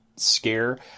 scare